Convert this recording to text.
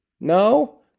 No